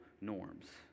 norms